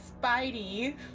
Spidey